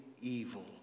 evil